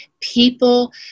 people